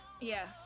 Yes